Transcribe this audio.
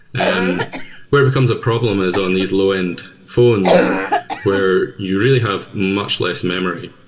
and where it becomes a problem is on these low-end phones where you really have much less memory.